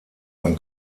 ein